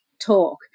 talk